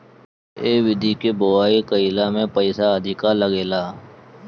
ए विधि के बोआई कईला में पईसा अधिका लागेला